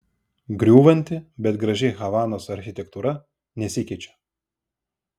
griūvanti bet graži havanos architektūra nesikeičia